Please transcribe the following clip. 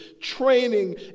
training